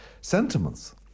sentiments